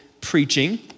preaching